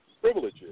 privileges